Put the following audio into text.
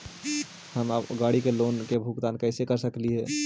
हम गाड़ी के लोन के भुगतान कैसे कर सकली हे?